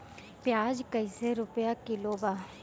प्याज कइसे रुपया किलो बा?